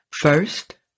First